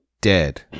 dead